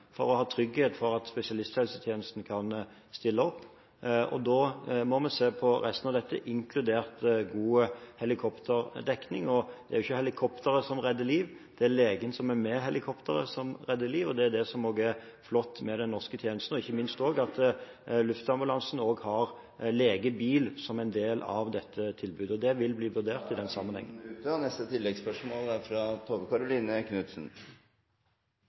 å ha trygghet for at spesialisthelsetjenesten kan stille opp. Da må vi se på resten av dette, inkludert god helikopterdekning, og det er ikke helikopteret som redder liv, det er legen som er med helikopteret, som redder liv. Det er det som også er flott med den norske tjenesten, og ikke minst at luftambulansen også har legebil som en del av dette tilbudet. Det vil bli vurdert i den sammenheng.